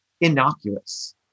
innocuous